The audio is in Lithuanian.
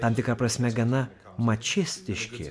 tam tikra prasme gana mačistiški